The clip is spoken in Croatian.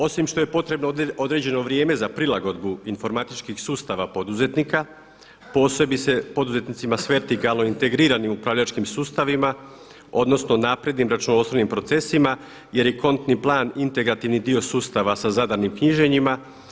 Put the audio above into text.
Osim što je potrebno određeno vrijeme za prilagodbu informatičkih sustava poduzetnika, posebice poduzetnicima s vertikalno integriranim upravljačkim sustavima, odnosno naprednim računovodstvenim procesima jer je kontni plan integrativni dio sustava sa zadanim knjiženjima.